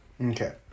okay